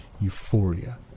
euphoria